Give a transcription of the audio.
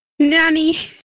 Nanny